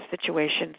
situations